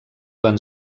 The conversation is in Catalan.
van